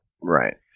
Right